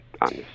on